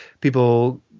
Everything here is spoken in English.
people